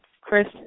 Chris